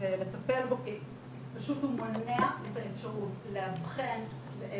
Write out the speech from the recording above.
ולטפל בו כי פשוט הוא מונע את האפשרות לאבחן גם